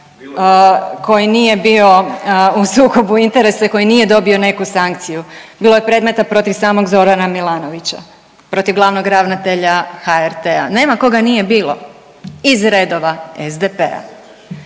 koji nije bio u sukobu interesa i koji nije dobio neku sankciju. Bilo je predmeta protiv samog Zorana Milanovića, protiv glavnog ravnatelja HRT-a, nema koga nije bilo iz redova SDP-a.